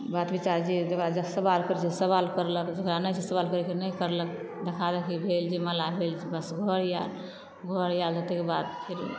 बात विचार जे जेकरा जे सवाल करै छै से सवाल करलक जेकरा नहि होइ छै सवाल करय के ओ नहि करलक देखा देखी भेल जयमाला भेल बस घर आयल घर आयल ताहि बाद फेर